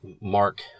mark